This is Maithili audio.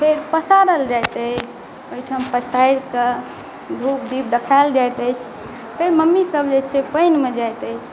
फेर पसारल जायत अछि ओहिठाम पसारि कऽ धुप दीप देखायल जाइत अछि फेर मम्मी सब जे छै पानि मे जाइत अछि